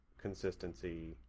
consistency